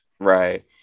Right